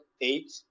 eight